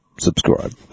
subscribe